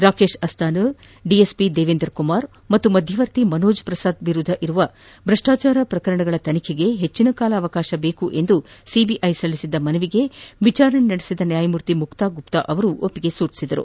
Rakesh Asthana DSP Devender Kumar ಮತ್ತು ಮಧ್ಯವರ್ತಿ ಮನೋಜ್ ಪ್ರಸಾದ್ ವಿರುದ್ದ ಇರುವ ಭ್ರಷ್ಟಾಚಾರ ಪ್ರಕರಣ ತನಿಖೆಗೆ ಹೆಚ್ಚಿನ ಕಾಲಾವಕಾಶ ಬೇಕು ಎಂದು ಸಿಬಿಐ ಸಲ್ಲಿಸಿದ್ದ ಮನವಿಗೆ ವಿಚಾರಣೆ ನಡೆಸಿದ ನ್ಯಾಯಮೂರ್ತಿ ಮುಕ್ತಾ ಗುಪ್ತಾ ಅವರು ಒಪ್ಪಿಗೆ ಸೂಚಿಸಿದರು